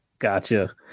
gotcha